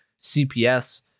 CPS